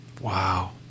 wow